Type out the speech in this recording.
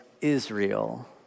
Israel